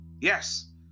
yes